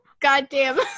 goddamn